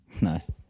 nice